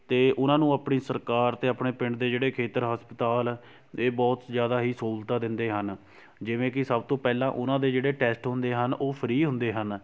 ਅਤੇ ਉਹਨਾਂ ਨੂੰ ਆਪਣੀ ਸਰਕਾਰ 'ਤੇ ਅਤੇ ਆਪਣੇ ਪਿੰਡ ਦੇ ਜਿਹੜੇ ਖੇਤਰ ਹਸਪਤਾਲ ਇਹ ਬਹੁਤ ਜ਼ਿਆਦਾ ਹੀ ਸਹੂਲਤਾਂ ਦਿੰਦੇ ਹਨ ਜਿਵੇਂ ਕਿ ਸਭ ਤੋਂ ਪਹਿਲਾਂ ਉਹਨਾਂ ਦੇ ਜਿਹੜੇ ਟੈਸਟ ਹੁੰਦੇ ਹਨ ਉਹ ਫ਼ਰੀ ਹੁੰਦੇ ਹਨ